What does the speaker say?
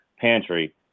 pantry